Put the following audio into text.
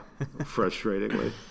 Frustratingly